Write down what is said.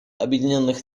объединенных